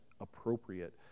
appropriate